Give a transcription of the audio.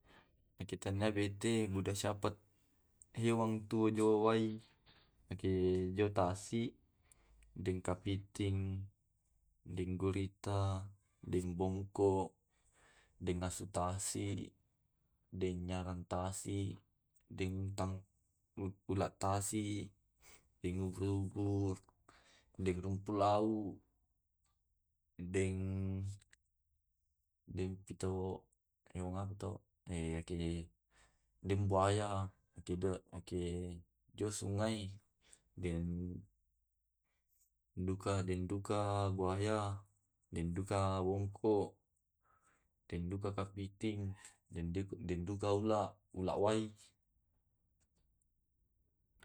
Ikitena bete mudasyapat hewang tuo jo wai nakke jo tassi Deng kapiting, deng gurita, deng bongko, deng asu tasi, deng nyarang tasi, deng tang u ula tasi, deng ubur-ubur, deng rumpu lau, deng deng pito e yake deng buaya, akede ake jo sungai, deng duka deng duka buaya, deng duka wongko, deng duka kapiting, deng duka ula wai.